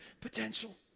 potential